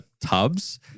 tubs